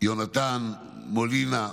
יהונתן מולינה,